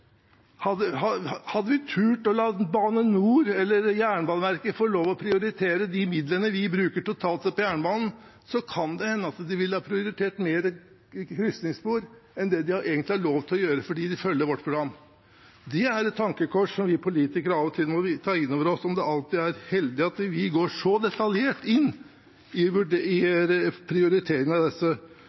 Hadde vi turt å la Bane NOR eller Jernbaneverket få lov å prioritere de midlene vi bruker totalt sett på jernbanen, kan det hende at de ville prioritert mer til krysningsspor enn det de egentlig har lov til å gjøre, fordi de følger vårt program. Det er et tankekors vi politikere av og til må ta inn over oss, om det alltid er heldig at vi går så detaljert inn i prioriteringene av